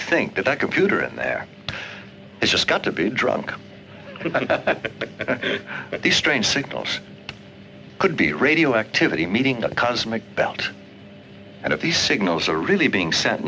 think that that computer in there is just got to be drunk at these strange signals could be radioactivity meeting a cosmic belt and at these signals are really being sent